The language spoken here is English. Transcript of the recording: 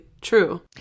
true